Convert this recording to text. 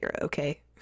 okay